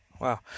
Wow